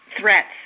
threats